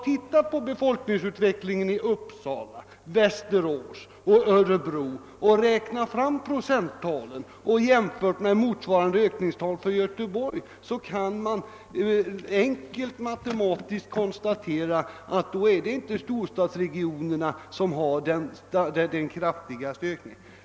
Se på befolkningsutvecklingen i Uppsala, Västerås och Örebro och räkna fram procenttalen och jämför dem med motsvarande ökningstal för Göteborg! Då kan men enkelt matematiskt konstatera att det inte är storstadsregionerna som har den kraftigaste ökningen.